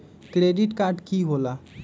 Credit card की होला?